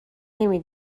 نمی